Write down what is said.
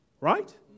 Right